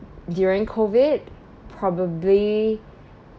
during COVID probably